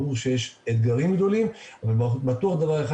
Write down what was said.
ברור שיש אתגרים גדולים אבל בטוח דבר אחד,